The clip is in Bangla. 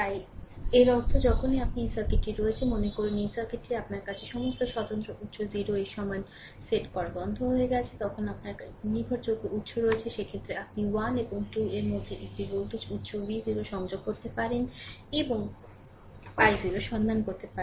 তাই এর অর্থ যখনই আপনার এই সার্কিট রয়েছে মনে করুন এই সার্কিটটি আপনার কাছে সমস্ত স্বতন্ত্র উত্স 0 এর সমান সেট করা বন্ধ হয়ে গেছে তবে এখানে আপনার একটি নির্ভরযোগ্য উত্স রয়েছে সেক্ষেত্রে আপনি 1 এবং 2 এর মধ্যে একটি ভোল্টেজ উত্স V0 সংযোগ করতে পারেন এবং i0 সন্ধান করতে পারেন